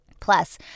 Plus